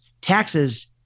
taxes